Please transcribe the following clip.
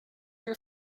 your